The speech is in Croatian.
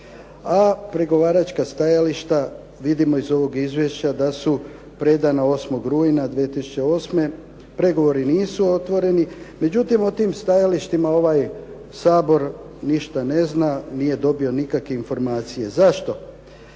a pregovaračka stajališta vidimo iz ovog izvješća da su predana 8. rujna 2008., pregovori nisu otvoreni. Međutim, o tim stajalištima ovaj Sabor ništa ne zna, nije dobio nikakve informacije. Zašto?